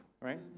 right